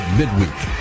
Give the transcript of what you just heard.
midweek